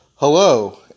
Hello